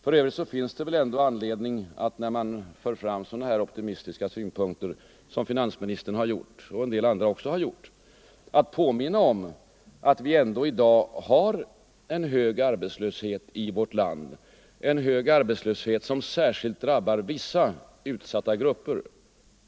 För övrigt finns det väl ändå anledning när man framför så optimistiska tongångar som finansministern och en del andra har anfört att påminna om att vi i dag har en hög arbetslöshet i vårt land som särskilt drabbar vissa utsatta grupper.